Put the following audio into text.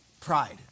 Pride